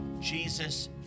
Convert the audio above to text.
Jesus